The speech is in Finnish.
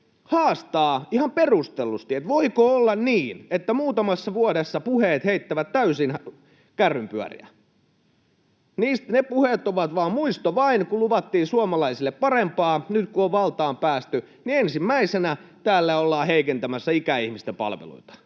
haastaa ihan perustellusti tästä, voiko olla niin, että muutamassa vuodessa puheet heittävät täysin kärrynpyöriä. Ne puheet ovat muisto vain, kun luvattiin suomalaisille parempaa. Nyt kun valtaan on päästy, niin ensimmäisenä täällä ollaan heikentämässä ikäihmisten palveluita.